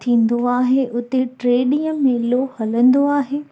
थींदो आहे उते टे ॾींहं मेलो हलंदो आहे